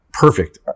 perfect